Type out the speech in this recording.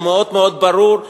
הוא מאוד מאוד ברור,